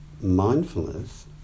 mindfulness